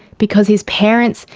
because his parents,